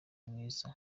mwiza